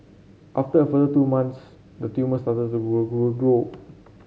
after further two months the tumour started to grow